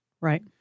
Right